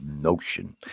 notion